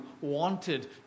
wanted